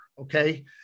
okay